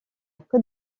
côte